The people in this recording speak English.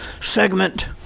segment